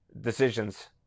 decisions